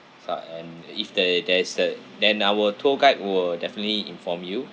for and and if there there is the then our tour guide will definitely inform you